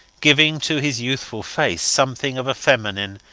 giving to his youthful face something of a feminine,